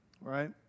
Right